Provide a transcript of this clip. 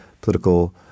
political